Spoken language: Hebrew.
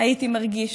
הייתי מרגיש?